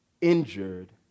injured